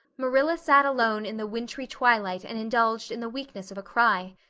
marilla sat alone in the wintry twilight and indulged in the weakness of a cry.